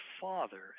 father